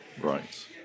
Right